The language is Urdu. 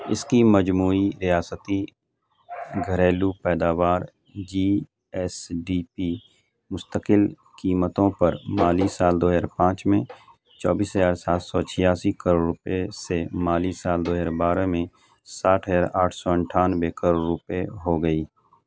اس کی مجموعی ریاستی گھریلو پیداوار جی ایس ڈی پی مستقل قیمتوں پر مالی سال دو ہزار پانچ میں چوبیس ہزار سات سو چھیاسی کروڑ روپے سے مالی سال دو ہزار بارہ میں ساٹھ ہزار آٹھ سو اٹھانوے کروڑ روپے ہو گئی